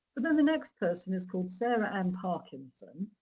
but, then the next person is called sarah ann parkenson.